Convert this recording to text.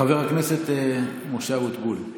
חבר הכנסת משה אבוטבול,